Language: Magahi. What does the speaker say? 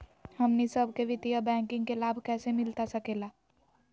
हमनी सबके वित्तीय बैंकिंग के लाभ कैसे मिलता सके ला?